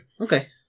Okay